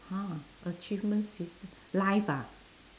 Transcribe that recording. !huh! achievement system life ah